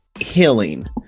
healing